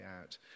out